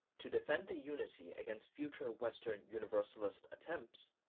to defend the unity against future western universalist attempts,